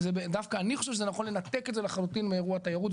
דווקא אני חושב שזה נכון לנתק את זה לחלוטין מאירוע התיירות,